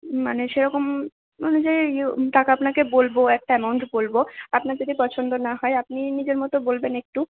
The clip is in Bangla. মানে সেরকম মানে টাকা আপনাকে বলব একটা অ্যামাউন্ট বলব আপনার যদি পছন্দ না হয় আপনি নিজের মতো বলবেন একটু